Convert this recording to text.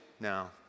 now